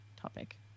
topic